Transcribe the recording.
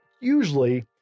usually